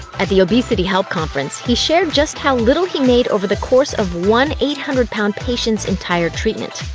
at the obesity help conference, he shared just how little he made over the course of one eight hundred pound patient's entire treatment